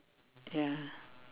ya